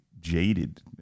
jaded